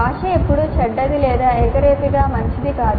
భాష ఎప్పుడూ చెడ్డది లేదా ఏకరీతిగా మంచిది కాదు